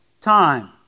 time